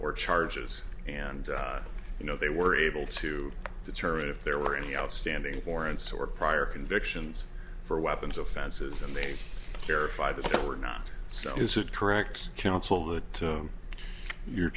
or charges and you know they were able to determine if there were any outstanding warrants or prior convictions for weapons of fences and they verify that they were not so is that correct counsel that